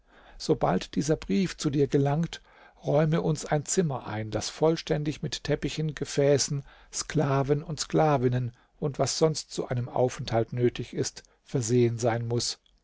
sobald dieser brief zu dir gelangt räume uns ein zimmer ein das vollständig mit teppichen gefäßen sklaven und sklavinnen und was sonst zu einem aufenthalt nötig ist versehen sein muß